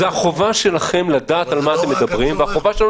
זו החובה שלכם לדעת על מה אתם מדברים והחובה שלנו